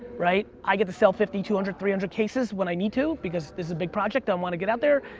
right? i get to sell fifty, two hundred, three hundred cases when i need to, because this is a big project i want to get out there,